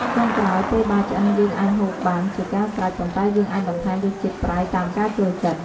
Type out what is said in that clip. ចុងក្រោយ ពេលបាយឆ្អិនយើងអាចហូបបានជាការស្រេច ប៉ុន្តែយើងអាចបន្ថែមរសជាតិប្រៃតាមការចូលចិត្ត។